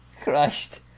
Christ